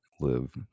live